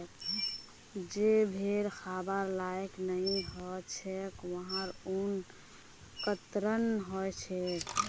जे भेड़ खबार लायक नई ह छेक वहार ऊन कतरन ह छेक